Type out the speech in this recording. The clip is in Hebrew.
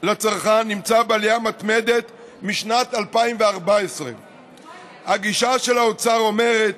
לצרכן נמצא בעלייה מתמדת משנת 2014. הגישה של האוצר אומרת: